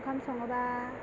ओंखाम सङाेबा